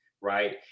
right